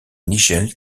nigel